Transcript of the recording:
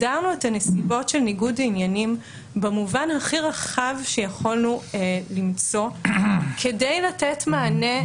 של ניגוד עניינים במובן הכי רחב שיכולנו למצוא כדי לתת מענה,